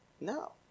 No